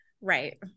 Right